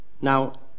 Now